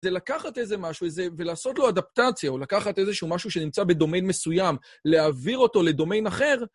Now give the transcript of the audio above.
זה לקחת איזה משהו, ולעשות לו אדפטציה, או לקחת איזשהו משהו שנמצא בדומיין מסוים, להעביר אותו לדומיין אחר.